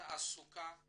התעסוקה והדיור.